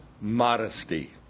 modesty